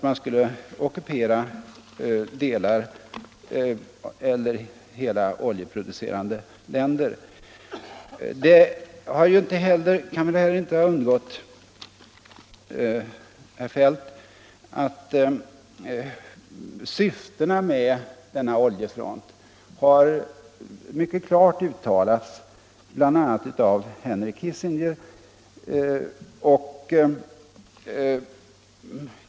Man skulle då ockupera delar av eller hela oljeproducerande länder. 5 Det kan väl inte heller ha undgått herr Feldt att syftena med denna oljefront mycket klart har uttalats bl.a. av Henry Kissinger.